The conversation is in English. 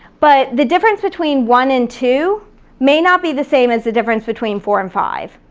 but the difference between one and two may not be the same as the difference between four and five.